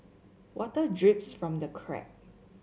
water drips from the crack